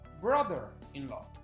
Brother-in-law